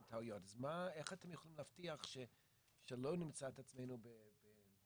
טעויות אז איך אתם יכולים להבטיח שלא נמצא את עצמנו במתחמים...